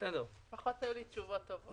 לפחות היו לי תשובות טובות.